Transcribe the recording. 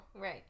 Right